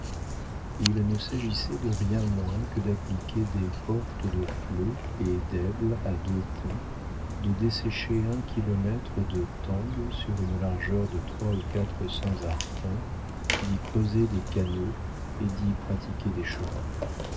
il ne s'agissait de rien moins que d'appliquer des portes de flot et d'ebbe à deux ponts de dessécher un kilomètre de tangue sur une largeur de trois ou quatre cents arpents d'y creuser des canaux et d'y pratiquer des chemins